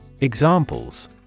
Examples